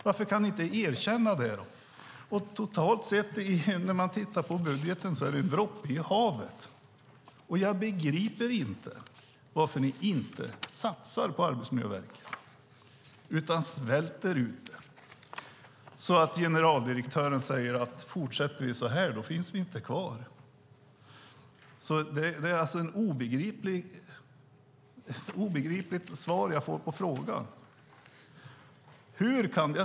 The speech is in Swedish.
Varför kan ni inte erkänna det? När vi tittar på budgeten ser vi att det, totalt sett, endast är en droppe i havet. Jag begriper inte varför ni inte satsar på Arbetsmiljöverket utan svälter ut det. Generaldirektören säger att om det fortsätter så här kommer de inte att finnas kvar. Det är ett obegripligt svar jag får på frågan.